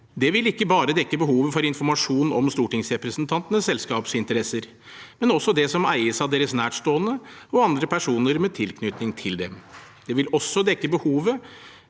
Det vil ikke bare dekke behovet for informasjon om stortingsrepresentantenes selskapsinteresser, men også det som eies av deres nærstående og andre personer med tilknytning til dem. Det vil også dekke behovet